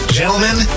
gentlemen